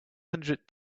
hundred